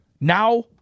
Now